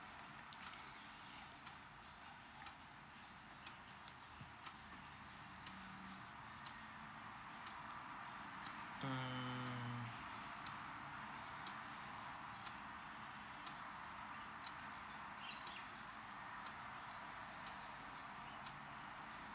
mm